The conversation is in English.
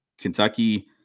Kentucky